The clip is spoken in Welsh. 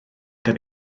gan